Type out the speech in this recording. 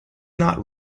not